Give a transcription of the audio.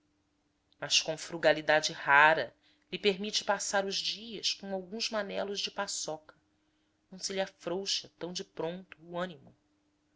mas como frugalidade rara lhe permite passar os dias com alguns manelos de paçoca não lhe afrouxa tão de pronto o ânimo